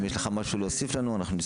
אם יש לך משהו להוסיף לך נשמח,